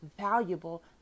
valuable